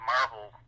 Marvel